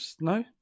No